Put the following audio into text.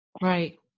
Right